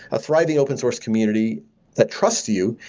a thriving open source community that trust you,